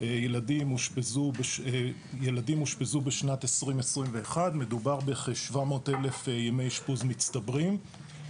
ילדים אושפזו בשנת 2021. מדובר ב- 700,000 ימי אשפוז מצטברים.